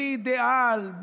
בלי אידיאל,